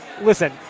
Listen